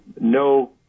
No